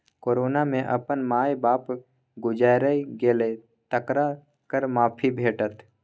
corona मे अपन माय बाप गुजैर गेल तकरा कर माफी भेटत